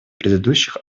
предыдущих